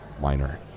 Minor